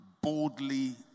boldly